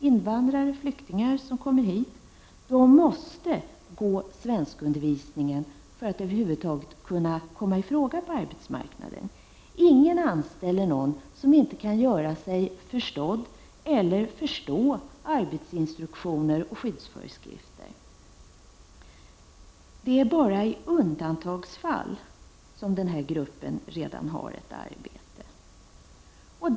Invandrare och flyktingar som kommer hit måste gå på svenskundervisning för att över huvud taget kunna komma i fråga på arbetsmarknaden. Ingen anställer någon som inte kan göra sig förstådd eller inte förstår arbetsinstruktioner och skyddsföreskrifter. Det är bara i undantagsfall som personer i den här grupper redan har arbete.